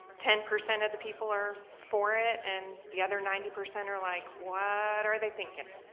ten percent of the people are for it and the other ninety percent are like what are they thinkin'?